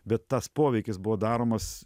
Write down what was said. bet tas poveikis buvo daromas